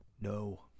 No